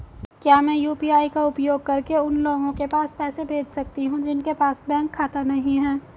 क्या मैं यू.पी.आई का उपयोग करके उन लोगों के पास पैसे भेज सकती हूँ जिनके पास बैंक खाता नहीं है?